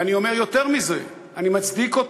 ואני אומר יותר מזה, אני מצדיק אותו.